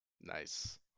Nice